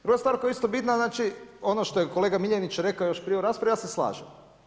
Druga stvar koja je isto bitna, znači, ono što je kolega Miljenić rekao još prije u raspravi, ja se slažem.